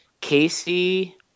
Casey